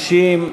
60,